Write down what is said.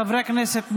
חברי הכנסת,